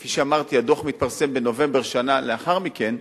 כפי שאמרתי, הדוח מתפרסם בנובמבר שנה לאחר מכן,